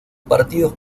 partidos